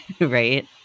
Right